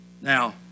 Now